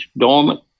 dormant